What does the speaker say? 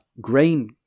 grain